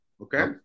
Okay